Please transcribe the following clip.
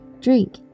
Drink